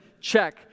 check